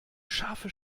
scharfe